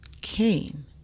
Cain